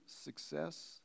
success